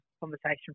conversation